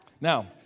Now